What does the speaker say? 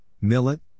Millet